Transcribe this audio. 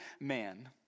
man